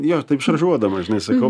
jo taip šaržuodama žinai sakiau